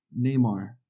Neymar